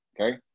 okay